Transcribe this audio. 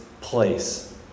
place